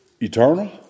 eternal